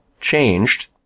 changed